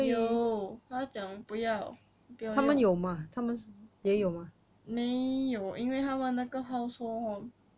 有他讲不要不要用他们没有因为他们那个 household hor